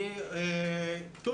שהיא העבירה לי.